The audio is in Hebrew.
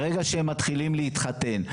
ברגע שהם מתחילים להתחתן,